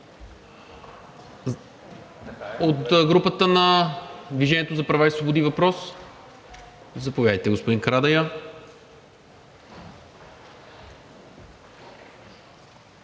От групата на „Движение за права и свободи“ – въпрос? Заповядайте, господин Карадайъ.